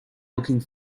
looking